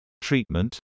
treatment